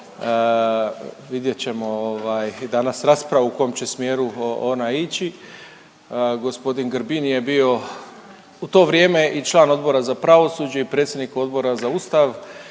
vidjet ćemo ovaj i danas raspravu u kojem će smjeru ona ići. G. Grbin je bio u to vrijeme i član Odbora za pravosuđe i predsjednik Odbora za Ustav.